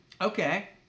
Okay